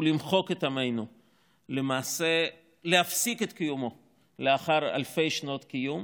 למחוק את עמנו ולהפסיק את קיומו לאחר אלפי שנות קיום.